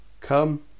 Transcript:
Come